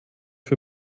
für